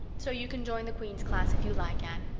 so you can join the queen's class if you like, anne.